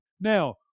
Now